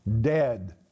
dead